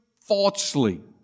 falsely